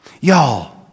y'all